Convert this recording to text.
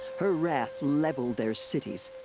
her wrath leveled their cities.